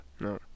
No